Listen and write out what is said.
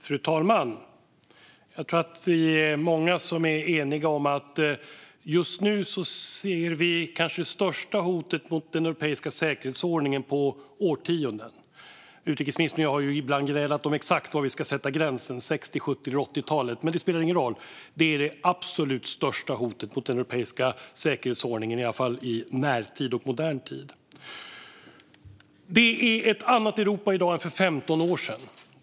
Fru talman! Jag tror att vi är många som är eniga om att vi just nu ser det kanske största hotet mot den europeiska säkerhetsordningen på årtionden. Utrikesministern och jag har ibland grälat om exakt var vi ska sätta gränsen, 60-, 70 eller 80-tal, men det spelar ingen roll, för det är det absolut största hotet mot den europeiska säkerhetsordningen i närtid och modern tid. Det är ett annat Europa i dag än för 15 år sedan.